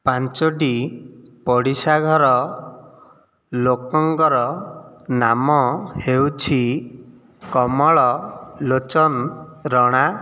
ପାଞ୍ଚୋଟି ପଡ଼ିଶା ଘର ଲୋକଙ୍କର ନାମ ହେଉଛି କମଳ ଲୋଚନ ରଣା